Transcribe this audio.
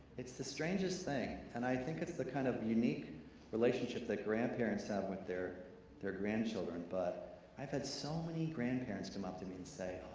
it's the strangest thing. and i think it's the kind of unique relationship that grandparents have with their their grandchildren but i've had so many grandparents come up to me and say, oh,